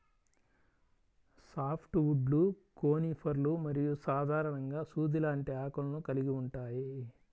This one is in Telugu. సాఫ్ట్ వుడ్లు కోనిఫర్లు మరియు సాధారణంగా సూది లాంటి ఆకులను కలిగి ఉంటాయి